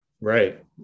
Right